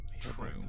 true